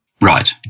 Right